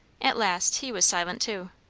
at last he was silent too.